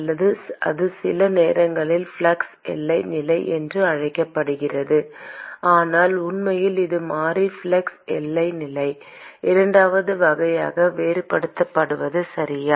அல்லது அது சில நேரங்களில் ஃப்ளக்ஸ் எல்லை நிலை என்று அழைக்கப்படுகிறது ஆனால் உண்மையில் இது மாறி ஃப்ளக்ஸ் எல்லை நிலை இரண்டாவது வகையை வேறுபடுத்துவது சரியா